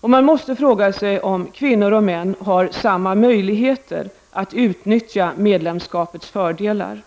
Man måste fråga sig om kvinnor och män har samma möjligheter att utnyttja medlemskapets fördelar.